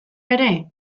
ere